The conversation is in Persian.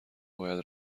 باید